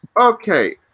Okay